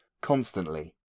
constantly